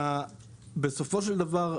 בסופו של דבר,